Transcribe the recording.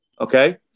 Okay